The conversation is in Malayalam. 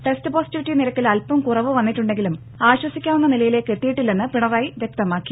ടെസ്റ്റ് പോസിറ്റിവിറ്റി നിരക്കിൽ അല്പം കുറവ് വന്നിട്ടുണ്ടെങ്കിലും ആശ്വസിക്കാവുന്ന നിലയിലേക്ക് എത്തിയിട്ടില്ലെന്ന് പിണറായി വ്യക്തമാക്കി